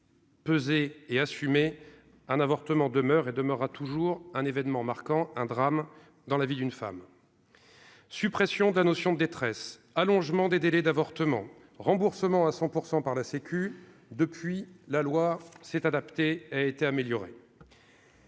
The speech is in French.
Peser et assumer un avortement demeure et demeurera toujours un événement marquant un drame dans la vie d'une femme. Suppression de la notion de détresse, allongement des délais d'avortement remboursement à 100 % par la Sécu, depuis la loi s'est adapté a été amélioré.